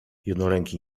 jednoręki